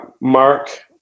Mark